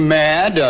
mad